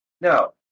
No